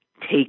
take